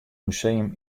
museum